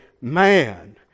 man